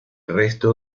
resto